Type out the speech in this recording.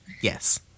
yes